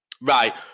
Right